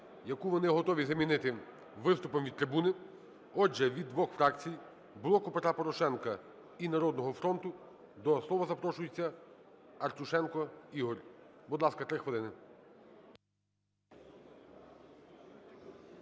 яку вони готові замінити виступом від трибуни. Отже, від двох фракцій – "Блоку Петра Порошенка" і "Народного фронту" – до слова запрошуєтьсяАртюшенко Ігор. Будь ласка, 3 хвилини.